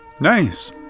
nice